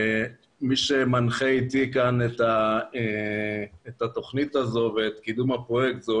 מי שמנחה אתי את התכנית הזאת ואת קידום הפרויקט זו